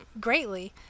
greatly